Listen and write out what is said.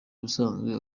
ubusanzwe